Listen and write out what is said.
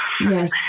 yes